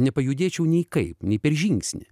nepajudėčiau nei kaip nei per žingsnį